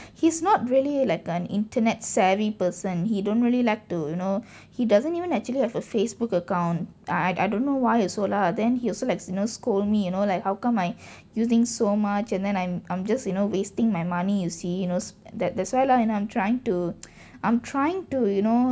he's not really like an internet savvy person he don't really like to you know he doesn't even actually have a Facebook account I'd I don't know why also lah then he also likes you know scold me you know like how come I using so much and then I'm I'm just you know wasting my money you see you knows that that's why lah and then I'm trying to I'm trying to you know